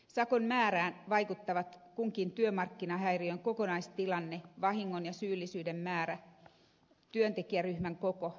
sakon määrään vaikuttavat kunkin työmarkkinahäiriön kokonaistilanne vahingon ja syyllisyyden määrä työntekijäryhmän koko ja niin edelleen